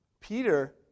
Peter